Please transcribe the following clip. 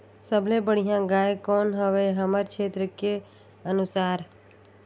सबले बढ़िया गाय कौन हवे हमर क्षेत्र के अनुसार?